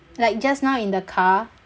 like just now in the car